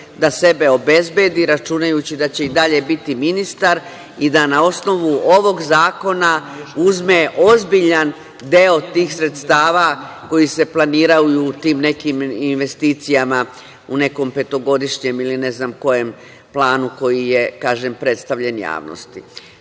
da sebe obezbedi, računajući da će i dalje biti ministar, i da na osnovu ovog zakona uzme ozbiljan deo tih sredstava koja se planiraju u tim nekim investicijama u nekom petogodišnjem ili ne znam kojem planu koji je, kažem, predstavljen javnosti. Dakle,